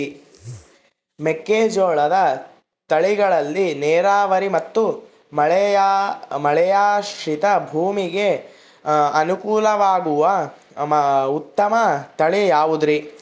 ಮೆಕ್ಕೆಜೋಳದ ತಳಿಗಳಲ್ಲಿ ನೇರಾವರಿ ಮತ್ತು ಮಳೆಯಾಶ್ರಿತ ಭೂಮಿಗೆ ಅನುಕೂಲವಾಗುವ ಉತ್ತಮ ತಳಿ ಯಾವುದುರಿ?